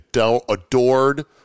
adored